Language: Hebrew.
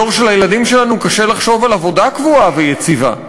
בדור של הילדים שלנו קשה לחשוב על עבודה קבועה ויציבה.